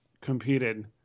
competed